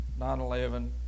9-11